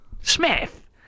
Smith